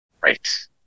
Right